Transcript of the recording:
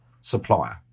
supplier